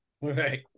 Right